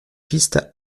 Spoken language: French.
piste